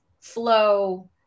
flow